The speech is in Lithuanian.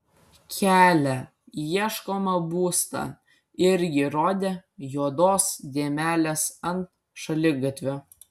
kelią į ieškomą būstą irgi rodė juodos dėmelės ant šaligatvio